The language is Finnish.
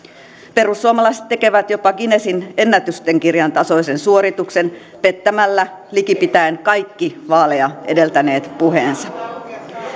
perussuomalaiset tekevät jopa guinnessin ennätysten kirjan tasoisen suorituksen pettämällä likipitäen kaikki vaaleja edeltäneet puheensa